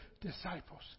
disciples